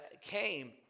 came